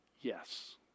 Yes